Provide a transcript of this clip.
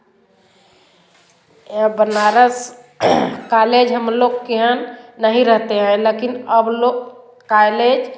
यह बनारस कालेज हम लोग के यह नहीं रहते हैं लेकिन अब लोग कालेज